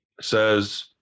says